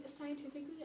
scientifically